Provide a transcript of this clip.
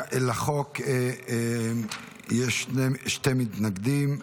לחוק יש שני מתנגדים.